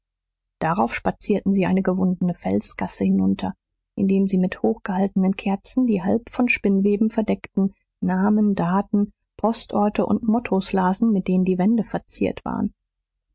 darauf spazierten sie eine gewundene felsgasse hinunter indem sie mit hochgehaltenen kerzen die halb von spinnweben verdeckten namen daten postorte und mottos lasen mit denen die wände verziert waren